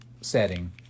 setting